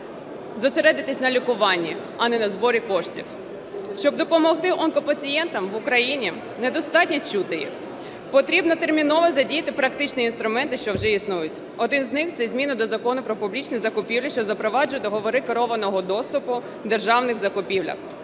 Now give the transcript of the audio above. зосередитися на лікуванні, а не на зборі коштів. Щоб допомогти онкопацієнтам в Україні недостатньо чути їх, потрібно терміново задіяти практичні інструменти, що вже існують. Один з них – це зміни до Закону "Про публічні закупівлі", що запроваджує договори керованого доступу в державних закупівлях.